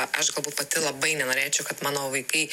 aš galbūt pati labai nenorėčiau kad mano vaikai